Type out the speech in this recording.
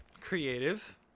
Creative